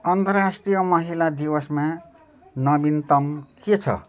अन्तराष्ट्रीय महिला दिवसमा नवीनतम के छ